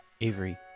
Avery